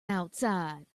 outside